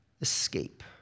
escape